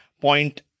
point